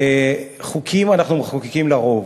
וחוקים אנחנו מחוקקים לרוב.